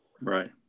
right